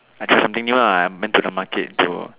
I tried something new lah I went to the market to